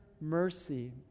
mercy